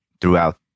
throughout